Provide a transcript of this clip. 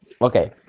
Okay